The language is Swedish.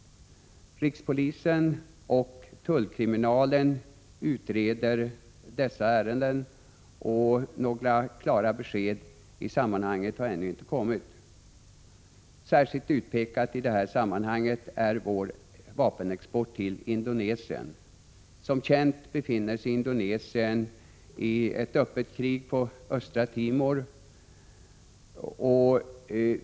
Rikspolisen och tullkriminalen utreder dessa ärenden, och några klara besked i sammanhanget har ännu inte kommit. Särskilt utpekad i det här sammanhanget är vår vapenexport till Indonesien. Som känt befinner sig Indonesien i öppet krig på Östra Timor.